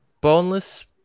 boneless